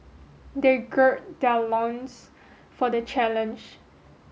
they gird their loins for the challenge